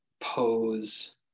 pose